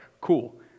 cool